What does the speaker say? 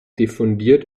diffundiert